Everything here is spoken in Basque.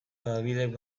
dabidek